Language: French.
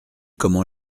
comment